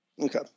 Okay